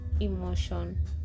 emotion